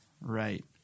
Right